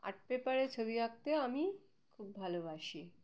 art পেপারে ছবি আঁকতে আমি খুব ভালোবাসি